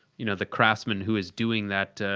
you know. the craftsman who is doing that.